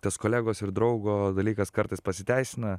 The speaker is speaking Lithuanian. tas kolegos ir draugo dalykas kartais pasiteisina